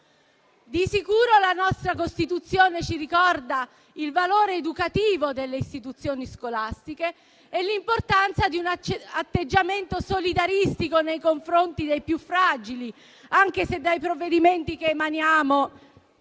adulti. La nostra Costituzione ci ricorda il valore educativo delle istituzioni scolastiche e l'importanza di un atteggiamento solidaristico nei confronti dei più fragili, anche se dai provvedimenti che emaniamo